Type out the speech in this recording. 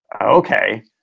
okay